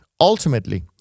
Ultimately